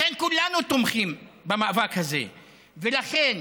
כולנו תומכים במאבק הזה, ולכן